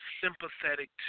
sympathetic